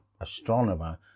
astronomer